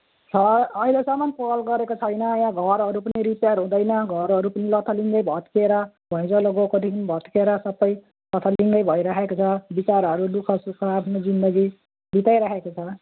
ह अहिलेसम्मन् पहल गरेको छैन यहाँ घरहरू पनि रिपेयर हुँदैन घरहरू पनि लथालिङ्गै भत्केर भुईँचालो गएको देखिन् भत्केर सबै लथालिङ्गै भइराखेको छ बिचाराहरू दुखसुख आफ्नो जिन्दगी बिताइराखेको छ